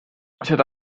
seda